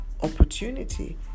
opportunity